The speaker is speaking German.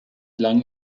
lang